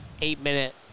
eight-minute